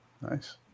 Nice